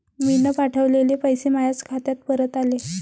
मीन पावठवलेले पैसे मायाच खात्यात परत आले